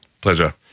Pleasure